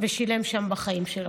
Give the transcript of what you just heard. ושילם שם בחיים שלו.